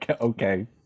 Okay